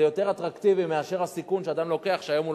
זה יותר אטרקטיבי מאשר הסיכון שאדם לוקח היום כשהוא